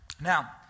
Now